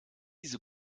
diese